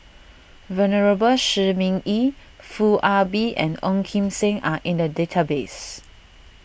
Venerable Shi Ming Yi Foo Ah Bee and Ong Kim Seng are in the database